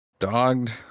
dogged